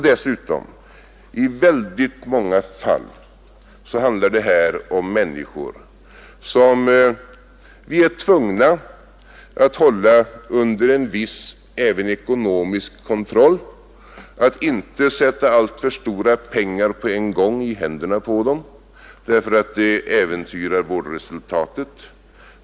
Dessutom handlar det här i många fall om människor som vi är tvungna att hålla även under en viss ekonomisk kontroll och inte får sätta alltför stora pengar på en gång i händerna på, därför att det äventyrar vårdresultatet.